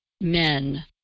men